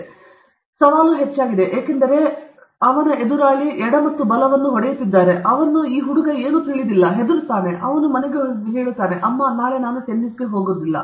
ಮೂರು ಸವಾಲು ತುಂಬಾ ಹೆಚ್ಚಾಗಿದೆ ಏಕೆಂದರೆ ಇತರರು ಎಡ ಮತ್ತು ಬಲವನ್ನು ಹೊಡೆಯುತ್ತಿದ್ದಾರೆ ಅವನು ಸಹ ತಿಳಿದಿಲ್ಲ ಹೆದರುತ್ತಾನೆ ಅವನು ಹೇಳುತ್ತಾನೆ ಮಮ್ಮಿ ನಾಳೆ ನಿಂದ ನಾನು ಟೆನ್ನಿಸ್ಗೆ ಹೋಗುತ್ತಿಲ್ಲ